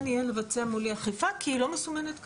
יהיה לבצע מולי אכיפה כי היא לא מסומנת כראוי.